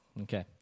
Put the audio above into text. Okay